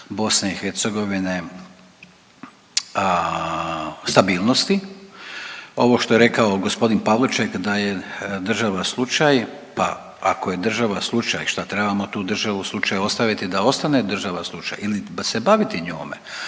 BiH stabilnosti. Ovo što je rekao gospodin Pavliček da je država slučaj, pa ako je država slučaj šta trebamo tu državu slučaj ostaviti da ostane država slučaj ili se baviti njome?